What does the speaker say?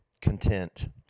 content